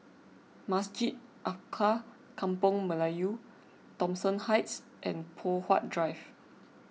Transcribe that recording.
Masjid Alkaff Kampung Melayu Thomson Heights and Poh Huat Drive